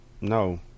No